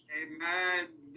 Amen